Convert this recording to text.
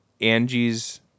angie's